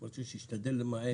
אמרתי שישתדל למעט,